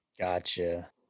Gotcha